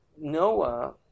Noah